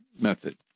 method